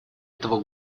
этого